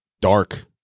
dark